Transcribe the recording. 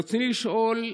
ברצוני לשאול: